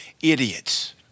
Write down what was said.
idiots